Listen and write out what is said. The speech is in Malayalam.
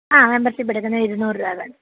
ആ മെമ്പർഷിപ്പെടുക്കുന്നേൽ ഇരുന്നൂറ് രൂപ വേണം